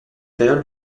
période